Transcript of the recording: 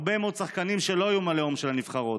הרבה מאוד שחקנים שלא היו מהלאום של הנבחרות,